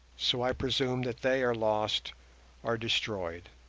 so i presume that they are lost or destroyed.